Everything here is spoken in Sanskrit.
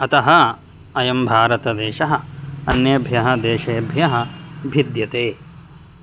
अतः अयं भारतदेशः अन्येभ्यः देशेभ्यः भिद्यते